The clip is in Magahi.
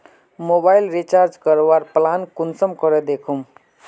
मोबाईल रिचार्ज करवार प्लान कुंसम करे दखुम?